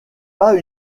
pas